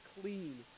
clean